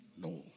No